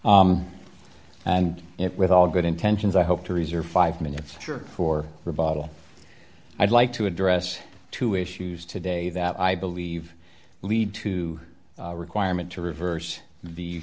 and it with all good intentions i hope to reserve five minutes for rebuttal i'd like to address two issues today that i believe lead to a requirement to reverse the